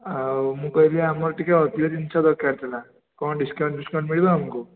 ଆଉ ମୁଁ କହିଲି ଆମର ଟିକେ ଅଧିକ ଜିନିଷ ଦରକାର ଥିଲା କ'ଣ ଡିସ୍କାଉଣ୍ଟ୍ ଫିସ୍କାଉଣ୍ଟ୍ ମିଳିବ ଆମକୁ